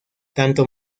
tanto